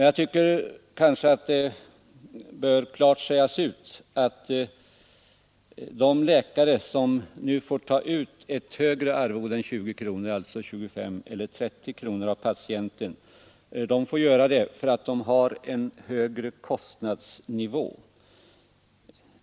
Jag tycker att det klart bör sägas ut att de läkare som skall få ta ut ett högre arvode av patienter än 20 kronor, alltså 25 eller 30 kronor, får göra detta därför att de har en högre kostnadsnivå.